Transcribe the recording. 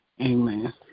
Amen